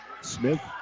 Smith